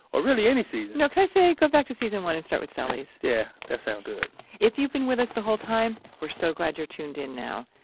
or really any season you know, can i say, go back to season one and start with cellies. yeah, that sound good if you've been with us the whole time, we're so glad you're tuned in now.